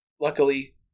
luckily